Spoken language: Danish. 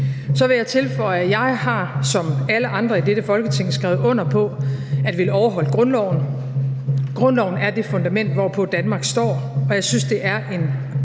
Så vil jeg tilføje, at jeg som alle andre i dette Folketing har skrevet under på at ville overholde grundloven. Grundloven er det fundament, hvorpå Danmark står, og jeg synes, at det er en